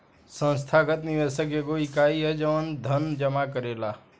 संस्थागत निवेशक एगो इकाई ह जवन धन जामा करेला